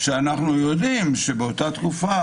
ואנחנו יודעים שבאותה תקופה,